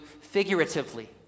figuratively